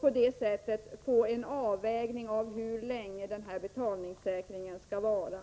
På det sättet ges besked om hur länge betalningssäkringen skall vara.